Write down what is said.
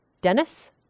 Dennis